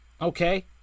Okay